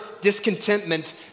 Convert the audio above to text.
discontentment